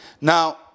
Now